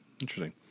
Interesting